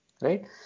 Right